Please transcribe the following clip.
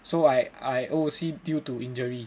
so I I O_O_C due to injury